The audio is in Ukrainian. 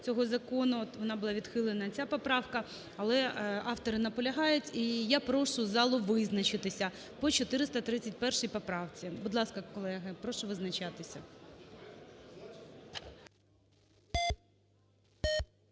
вона була відхилена ця поправка. Але автори наполягають, і я прошу залу визначитися по 431 поправці. Будь ласка, колеги, прошу визначатися.